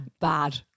bad